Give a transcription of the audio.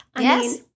Yes